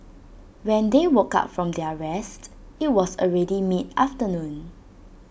when they woke up from their rest IT was already mid afternoon